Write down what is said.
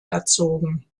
erzogen